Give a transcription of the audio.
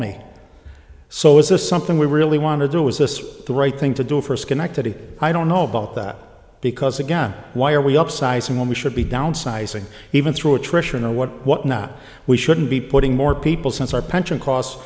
me so is this something we really want to do is this the right thing to do for schenectady i don't know about that because again why are we upsizing when we should be downsizing even through attrition and what whatnot we shouldn't be putting more people since our pension cos